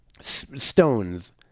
Stones